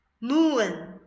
moon